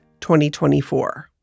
2024